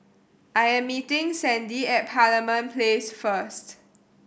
I am meeting Sandie at Parliament Place first